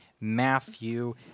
Matthew